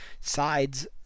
sides